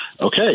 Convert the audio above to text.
Okay